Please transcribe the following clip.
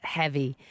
heavy